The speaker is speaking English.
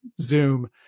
zoom